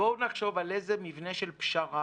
בואו נחשוב על איזה מבנה של פשרה